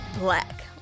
black